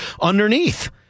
underneath